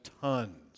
tons